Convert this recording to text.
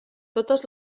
totes